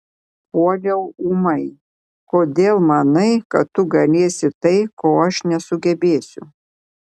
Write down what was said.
puoliau ūmai kodėl manai kad tu galėsi tai ko aš nesugebėsiu